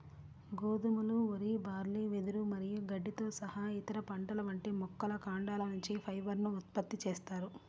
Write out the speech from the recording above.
గోధుమలు, వరి, బార్లీ, వెదురు మరియు గడ్డితో సహా ఇతర పంటల వంటి మొక్కల కాండాల నుంచి ఫైబర్ ను ఉత్పత్తి చేస్తారు